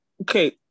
Okay